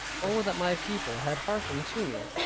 oh, that my people had hearkened to me,